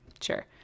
sure